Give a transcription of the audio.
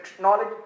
knowledge